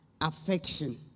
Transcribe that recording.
affection